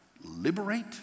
liberate